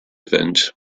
event